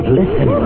listen